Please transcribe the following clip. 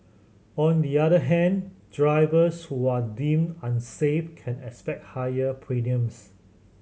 on the other hand drivers who are deemed unsafe can expect higher premiums